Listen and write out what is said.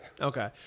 Okay